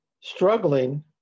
struggling